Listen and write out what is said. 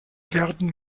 werden